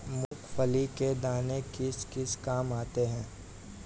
मूंगफली के दाने किस किस काम आते हैं?